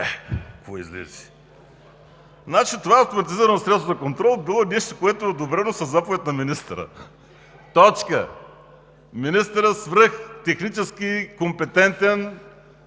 това автоматизирано средство за контрол било нещо, което е одобрено със заповед на министъра! Точка! Министърът – свръхтехнически компетентен,